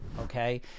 okay